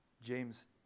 James